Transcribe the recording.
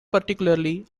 particularly